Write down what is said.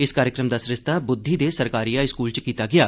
इस कार्यक्रम दा सरिस्ता बुद्दी दे सरकारी हाई स्कूल इच कीता गेआ